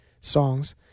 songs